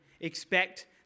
Expect